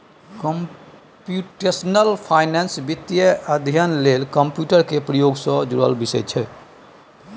computational finance वित्तीय अध्ययन लेल कंप्यूटर केर प्रयोग सँ जुड़ल विषय छै